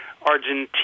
Argentina